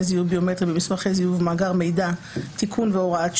זיהוי ביומטריים במסמכי זיהוי ובמאגר מידע (תיקון והוראת שעה),